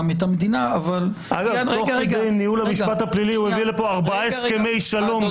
את המדינה- -- הביא לפה ארבעה הסכמי שלום,